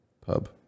Pub